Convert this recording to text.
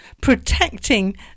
Protecting